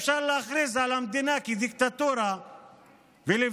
אפשר להכריז על המדינה כדיקטטורה ולוותר